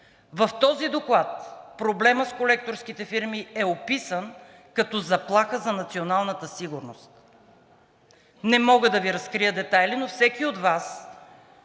в този доклад проблемът с колекторските фирми е описан като заплаха за националната сигурност. Не мога да Ви разкрия детайли, но всеки от Вас